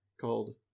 called